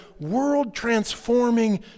world-transforming